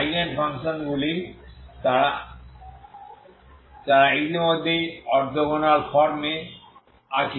eigen ফাংশনগুলি তারা ইতিমধ্যেই অর্থোগোনাল ফর্ম এ আছে